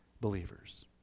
believers